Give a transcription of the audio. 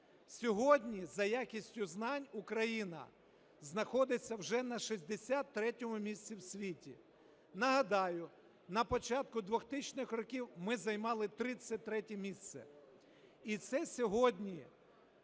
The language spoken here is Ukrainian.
Сьогодні за якістю знань Україна знаходиться вже на 63 місці в світі. Нагадаю, на початку 2000 років ми займали 33 місце, і це сьогодні